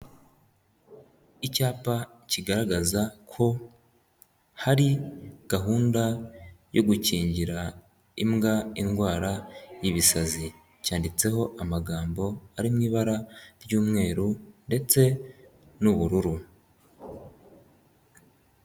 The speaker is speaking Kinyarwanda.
Icyapa kigaragaza ko hari gahunda yo gukingira imbwa indwara y'ibisazi. Cyanditseho amagambo ari mu ibara ry'umweru ndetse n'ubururu.